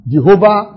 Jehovah